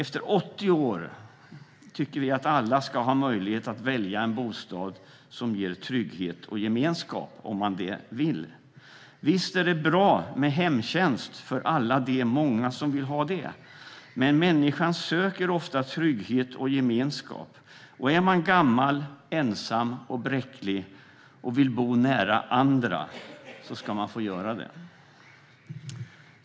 Från 80 års ålder tycker vi att alla ska ha möjlighet att välja en bostad som ger trygghet och gemenskap om man det vill. Visst är det bra med hemtjänst för alla dem som vill ha det, men människan söker ofta trygghet och gemenskap, och är man gammal, ensam och bräcklig och vill bo nära andra ska man få göra det.